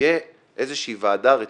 תהיה איזושהי ועדה רצינית,